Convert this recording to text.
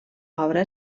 obra